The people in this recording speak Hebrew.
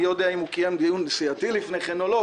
אני לא יודע אם הוא קיים דיון סיעתי לפני כן או לא,